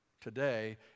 Today